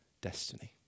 destiny